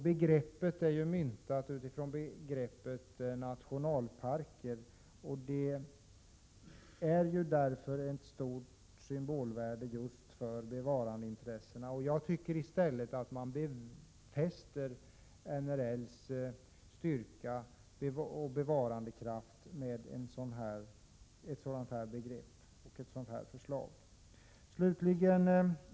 Begreppet är myntat med ordet nationalpark som förebild, och det har därför ett stort symbolvärde för bevarandeintressena. Jag tycker att man befäster NRL:s styrka och bevarandekraft med ett sådant här förslag.